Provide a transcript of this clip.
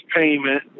payment